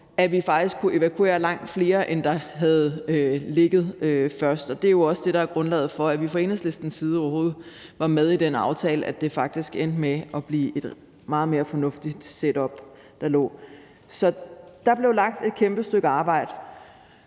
at vi faktisk kunne evakuere langt flere, end der havde ligget planer om først. Og det er jo også det, der er grundlaget for, at vi fra Enhedslistens side overhovedet var med i den aftale og det faktisk endte med at blive et meget mere fornuftigt setup, der lå. Så der blev lagt et kæmpe stykke arbejde,